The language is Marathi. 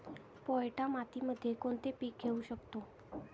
पोयटा मातीमध्ये कोणते पीक घेऊ शकतो?